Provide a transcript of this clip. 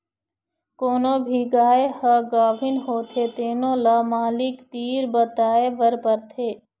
कोनो भी गाय ह गाभिन होथे तेनो ल मालिक तीर बताए बर परथे